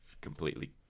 completely